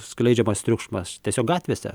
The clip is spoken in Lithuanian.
skleidžiamas triukšmas tiesiog gatvėse